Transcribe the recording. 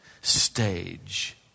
stage